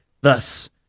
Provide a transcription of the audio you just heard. thus